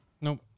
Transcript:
Nope